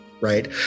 Right